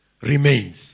remains